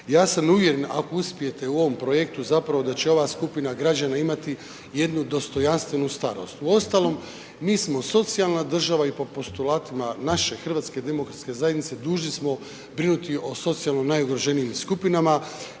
Ja sam uvjeren ako uspijete u ovom projektu zapravo da će ova skupina građana imati jednu dostojanstvenu starost. Uostalom, mi smo socijalna država i po postulatima našeg HDZ, dužni smo brinuti o socijalno najugroženijim skupinama,